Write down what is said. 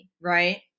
right